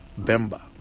Bemba